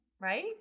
right